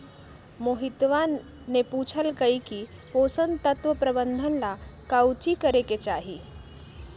मोहितवा ने पूछल कई की पोषण तत्व प्रबंधन ला काउची करे के चाहि?